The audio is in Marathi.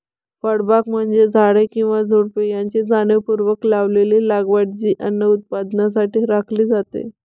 फळबागा म्हणजे झाडे किंवा झुडुपे यांची जाणीवपूर्वक लावलेली लागवड जी अन्न उत्पादनासाठी राखली जाते